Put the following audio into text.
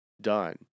done